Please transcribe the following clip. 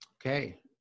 Okay